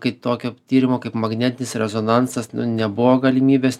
kaip tokio tyrimo kaip magnetinis rezonansas nu nebuvo galimybės